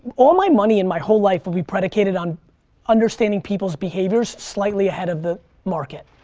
all my money, in my whole life, will be predicated on understanding people's behaviors slightly ahead of the market.